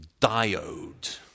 diode